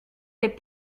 des